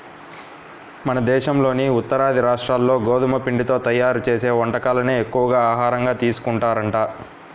మన దేశంలోని ఉత్తరాది రాష్ట్రాల్లో గోధుమ పిండితో తయ్యారు చేసే వంటకాలనే ఎక్కువగా ఆహారంగా తీసుకుంటారంట